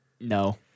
No